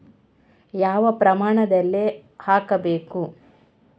ಯಾವ ಪ್ರಮಾಣದಲ್ಲಿ ಹಾಕಬೇಕು?